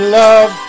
love